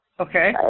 Okay